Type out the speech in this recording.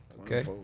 Okay